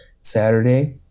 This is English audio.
Saturday